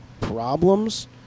Problems